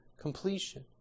completion